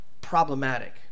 problematic